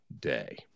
day